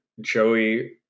joey